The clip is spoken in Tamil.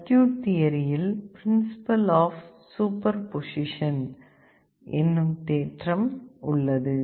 சர்க்யூட் தியரியில் பிரின்சிபல் ஆப் சூப்பர்போசிஷன் என்னும் தேற்றம் உள்ளது